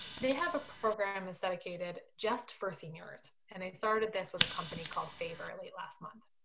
they have a program that's dedicated just for seniors. and they started this with a company called favor late last month.